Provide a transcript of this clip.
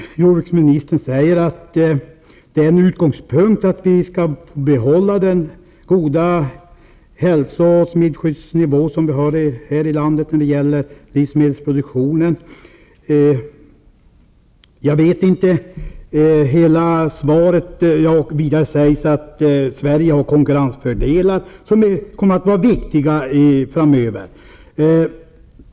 Jordbruksministern säger att en utgångspunkt är att vi skall behålla den goda hälso och smittskyddsnivå som vi har i landet när det gäller livsmedelspro duktionen. Vidare sägs att Sverige har konkurrensfördelar som kommer att vara viktiga framöver.